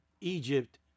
Egypt